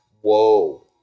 whoa